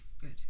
Good